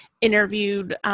interviewed –